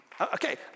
Okay